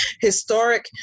Historic